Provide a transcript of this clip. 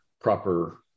proper